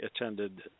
attended